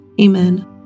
Amen